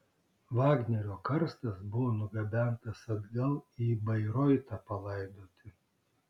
vagnerio karstas buvo nugabentas atgal į bairoitą palaidoti